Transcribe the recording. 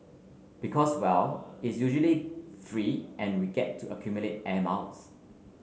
because well is usually free and we get to accumulate air miles